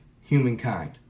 humankind